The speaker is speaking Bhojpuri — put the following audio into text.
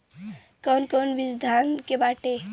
कौन कौन बिज धान के बाटे?